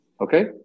Okay